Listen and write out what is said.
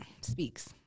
Speaks